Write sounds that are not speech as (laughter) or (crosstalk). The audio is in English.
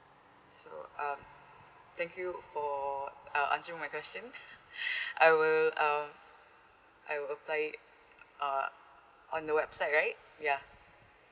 so um thank you for uh answering my question (laughs) I will um I will apply uh on the website right ya